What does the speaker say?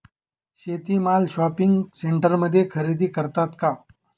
शेती माल शॉपिंग सेंटरमध्ये खरेदी करतात का?